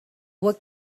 what